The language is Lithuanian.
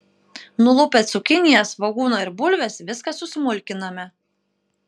nulupę cukiniją svogūną ir bulves viską susmulkiname